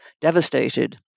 devastated